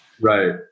Right